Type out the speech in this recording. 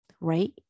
right